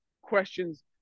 questions